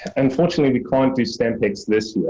and unfortunately, we can't do stamp ex this